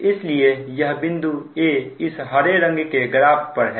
इसलिए यह बिंदु a इस हरे रंग के ग्राफ पर है